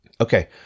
Okay